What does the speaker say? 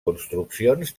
construccions